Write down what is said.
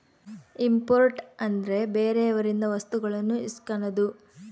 import ಅಂದ್ರೆ ಬೇರೆಯವರಿಂದ ವಸ್ತುಗಳನ್ನು ಇಸ್ಕನದು